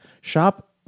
shop